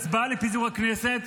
הצבעה לפיזור הכנסת,